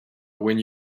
when